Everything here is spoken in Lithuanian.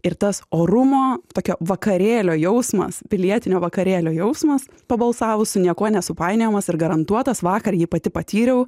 ir tas orumo tokio vakarėlio jausmas pilietinio vakarėlio jausmas pabalsavusių niekuo nesupainiojamas ir garantuotas vakar jį pati patyriau